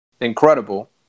incredible